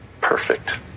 Perfect